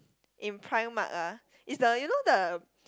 in primark ah is the you know the